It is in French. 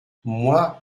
moi